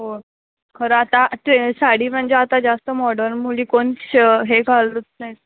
हो खरं आता ट्रे साडी म्हणजे आता जास्त मॉडर्न मुली कोण श हे घालत नाहीत